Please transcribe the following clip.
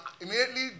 immediately